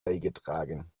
beigetragen